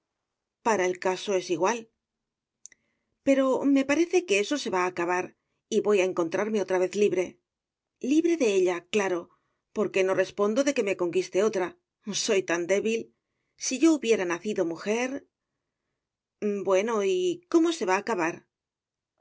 para el caso es igual pero me parece que eso se va a acabar y voy a encontrarme otra vez libre libre de ella claro porque no respondo de que me conquiste otra soy tan débil si yo hubiera nacido mujer bueno y cómo se va a acabar